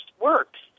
works